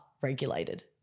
regulated